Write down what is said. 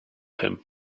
him